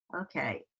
Okay